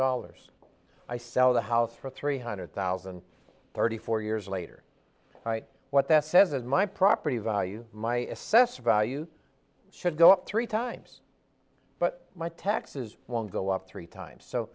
dollars i sell the house for three hundred thousand and thirty four years later what that says is my property value my assessed value should go up three times but my taxes won't go up three times so